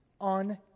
on